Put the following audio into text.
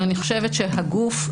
ואני חושבת שהגוף,